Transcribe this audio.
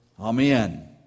Amen